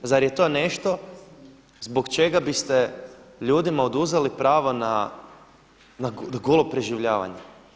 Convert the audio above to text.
Zar je to nešto zbog čega biste ljudima oduzeli pravo na golo preživljavanje?